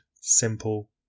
simple